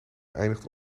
eindigt